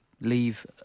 leave